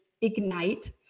Ignite